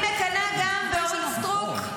אני מקנאה גם באורית סטרוק,